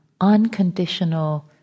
unconditional